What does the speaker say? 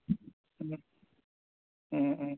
ꯎꯝ ꯎꯝ ꯎꯝ